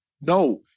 No